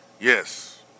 Yes